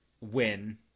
win